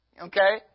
Okay